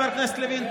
חבר הכנסת לוין,